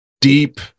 deep